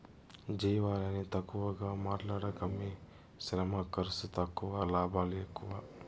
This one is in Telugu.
జీవాలని తక్కువగా మాట్లాడకమ్మీ శ్రమ ఖర్సు తక్కువ లాభాలు ఎక్కువ